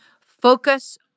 focus